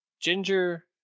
Ginger